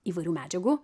įvairių medžiagų